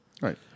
Right